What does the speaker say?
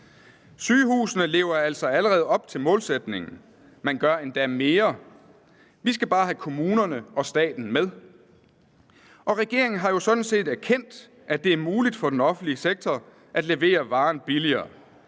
Sygehusene lever altså allerede op til målsætningen; man gør endda mere. Vi skal bare have kommunerne og staten med. Og regeringen har jo sådan set erkendt, at det er muligt for den offentlige sektor at levere varen billigere.